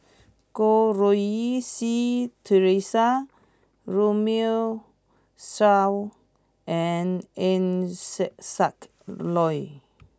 Goh Rui Si Theresa Runme Shaw and Eng Siak Loy